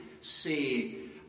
see